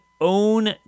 own